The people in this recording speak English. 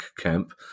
camp